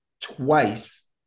twice